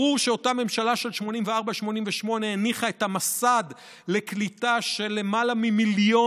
ברור שאותה ממשלה של 1984 1988 הכינה את המסד לקליטה של יותר ממיליון